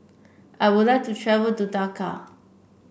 I would like to travel to Dakar